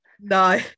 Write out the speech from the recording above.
no